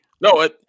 No